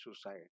suicide